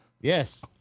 Yes